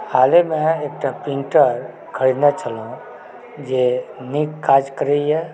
हालेमे एकटा प्रिंटर खरीदने छलहुँ जे नीक काज करैए